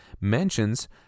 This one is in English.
mentions